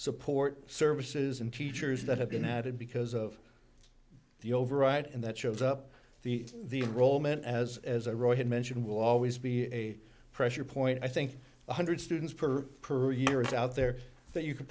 support services and teachers that have been added because of the override and that shows up the the role meant as as a roy had mentioned will always be a pressure point i think one hundred students per per year is out there that you could